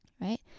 right